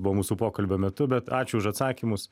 buvo mūsų pokalbio metu bet ačiū už atsakymus